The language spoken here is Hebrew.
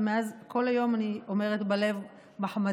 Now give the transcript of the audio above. ומאז כל היום אני אומרת בלב "מחמדי".